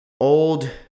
old